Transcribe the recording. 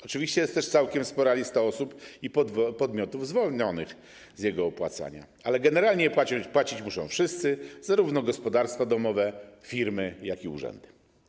Oczywiście jest też całkiem spora lista osób i podmiotów zwolnionych z jego opłacania, ale generalnie płacić muszą wszyscy, zarówno gospodarstwa domowe, firmy, jak i urzędy.